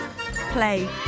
play